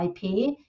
IP